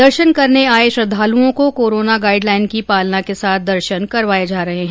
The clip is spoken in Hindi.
दर्शन करने आए श्रद्वालुओं को कोरोना गाइड लाइन की पालना के साथ दर्शन करवाए जा रहे हैं